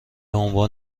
عنوان